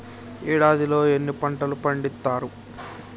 ఏడాదిలో ఎన్ని పంటలు పండిత్తరు?